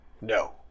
No